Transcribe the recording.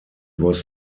was